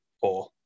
Four